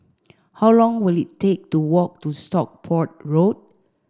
how long will it take to walk to Stockport Road